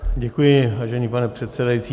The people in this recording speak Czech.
Děkuji, vážený pane předsedající.